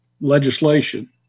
legislation